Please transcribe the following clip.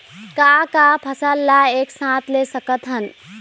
का का फसल ला एक साथ ले सकत हन?